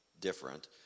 different